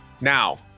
Now